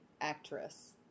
actress